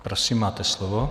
Prosím, máte slovo.